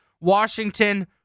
Washington